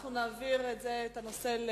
אנחנו נצביע על הנושא.